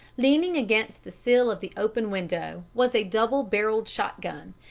leaning against the sill of the open window was a double-barreled shotgun,